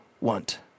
want